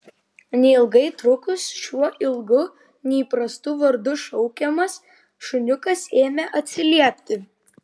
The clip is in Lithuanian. neilgai trukus šiuo ilgu neįprastu vardu šaukiamas šuniukas ėmė atsiliepti